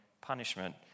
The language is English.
punishment